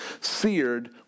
seared